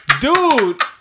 Dude